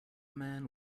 man